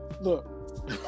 Look